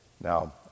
Now